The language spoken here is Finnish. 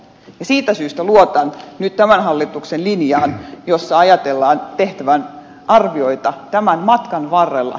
siitä syystä luotan nyt tämän hallituksen linjaan jossa ajatellaan tehtävän arvioita tämän matkan varrella